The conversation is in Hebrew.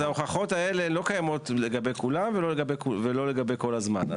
אז ההוכחות האלה לא קיימות לגבי כולם ולא לגבי כל הזמן.